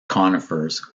conifers